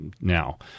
now